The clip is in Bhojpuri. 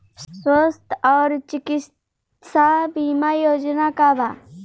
स्वस्थ और चिकित्सा बीमा योजना का बा?